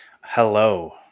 Hello